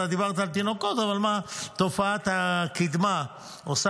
אתה דיברת על תינוקות אבל מה תופעת הקדמה עושה